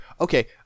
okay